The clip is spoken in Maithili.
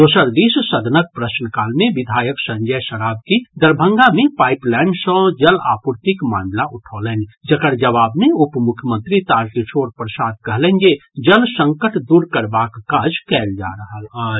दोसर दिस सदनक प्रश्न काल मे विधायक संजय सरावगी दरभंगा मे पाईप लाईन सँ जल आपूर्तिक मामिला उठौलनि जकर जवाब मे उप मुख्यमंत्री तारकिशोर प्रसाद कहलनि जे जल संकट दूर करबाक काज कयल जा रहल अछि